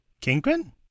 Kingpin